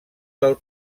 del